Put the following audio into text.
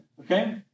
Okay